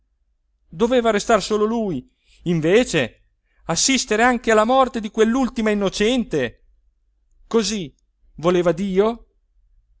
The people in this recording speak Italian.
doveva restar solo lui invece assistere anche alla morte di quell'ultima innocente così voleva dio